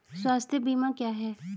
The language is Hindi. स्वास्थ्य बीमा क्या है?